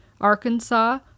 Arkansas